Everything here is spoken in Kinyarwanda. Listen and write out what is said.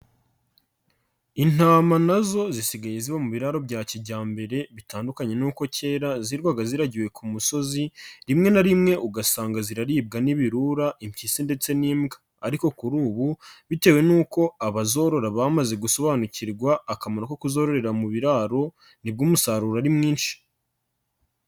Intama nazo zisigaye ziba mu biraro bya kijyambere bitandukanye n'uko kera zirwaga ziragiwe ku musozi, rimwe na rimwe ugasanga ziraribwa n'ibirura, impyisi ndetse n'imbwa ariko kuri ubu bitewe n'uko abazorora bamaze gusobanukirwa akamaro ko kuzororera mu biraro, nibwo umusaruro ari mwinshi.